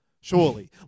Surely